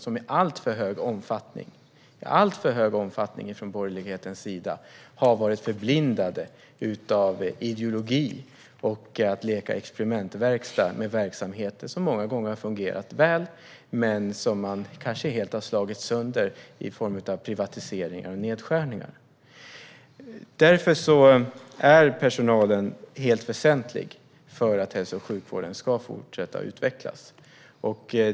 I alltför stor omfattning har man från borgerlighetens sida varit förblindad av ideologi och lekt experimentverkstad med verksamheter som många gånger har fungerat väl men som man kanske helt har slagit sönder med privatiseringar och nedskärningar. Därför är personalen helt väsentlig för att hälso och sjukvården ska fortsätta att utvecklas.